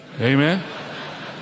Amen